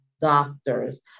doctors